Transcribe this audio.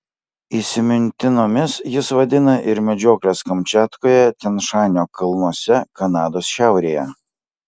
įsimintinomis jis vadina ir medžiokles kamčiatkoje tian šanio kalnuose kanados šiaurėje